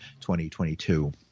2022